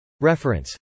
Reference